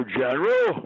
general